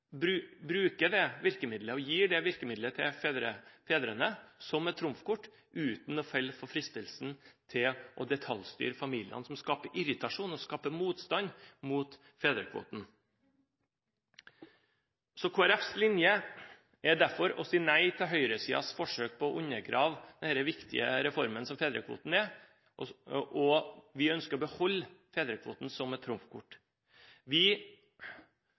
bruker det virkemidlet og gir det virkemidlet til fedrene som et trumfkort uten å falle for fristelsen til å detaljstyre familiene, noe som skaper irritasjon og motstand mot fedrekvoten. Kristelig Folkepartis linje er derfor å si nei til høyresidens forsøk på å undergrave denne viktige reformen som fedrekvoten er. Vi ønsker å beholde fedrekvoten som et trumfkort. Vi